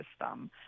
system